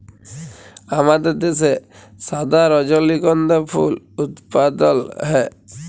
আমাদের দ্যাশে সাদা রজলিগন্ধা ফুল উৎপাদল হ্যয়